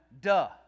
Duh